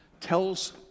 tells